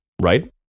right